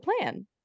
plan